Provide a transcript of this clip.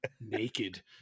naked